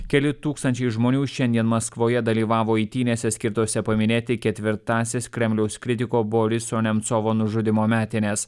keli tūkstančiai žmonių šiandien maskvoje dalyvavo eitynėse skirtose paminėti ketvirtąsias kremliaus kritiko boriso nemcovo nužudymo metines